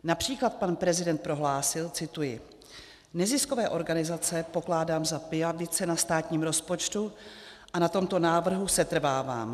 Například pan prezident prohlásil, cituji: Neziskové organizace pokládám za pijavice na státním rozpočtu a na tomto návrhu setrvávám.